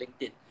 LinkedIn